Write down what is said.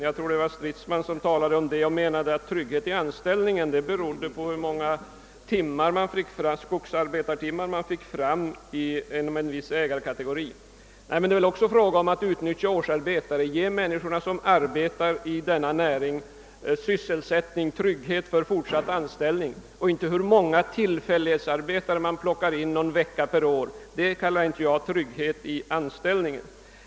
Jag tror att det var herr Stridsman som tidigare talade om trygghet i anställningen och menade att ett uttryck för tryggheten i anställningen var hur många skogsarbetartimmar man fick fram inom en viss ägarkategori. Men det är väl också fråga om att utnyttja årsarbetare, att ge de människor som arbetar i denna näring stadigvarande sysselsättning och trygghet för fortsatt anställning. Det viktiga är inte hur många tillfälliga arbetare man plockar in någon vecka per år — det kallar inte jag trygghet i anställningen.